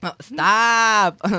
Stop